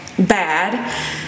Bad